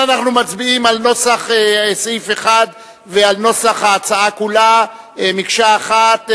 על נוסח סעיף 1 ועל נוסח ההצעה כולה מקשה אחת,